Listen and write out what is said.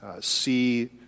see